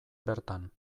bertan